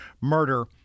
murder